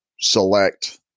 select